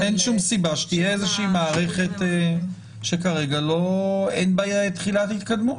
אבל --- אין שום סיבה שתהיה איזשהו מערכת שכרגע אין בה תחילת התקדמות.